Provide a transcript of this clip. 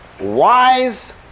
wise